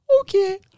Okay